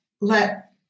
let